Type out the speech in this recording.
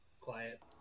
quiet